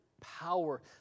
power